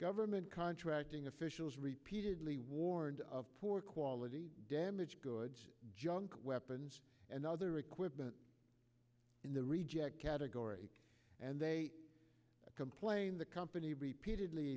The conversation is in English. government contracting officials repeatedly warned of poor quality damaged goods junk weapons and other equipment in the reject category and they complained the company repeatedly